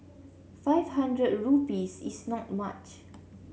five hundred rupees is not much